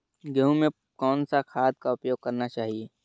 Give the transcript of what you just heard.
गेहूँ में कौन सा खाद का उपयोग करना चाहिए?